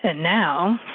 and now,